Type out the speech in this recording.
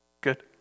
Good